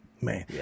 Man